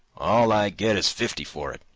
all i get is fifty for it,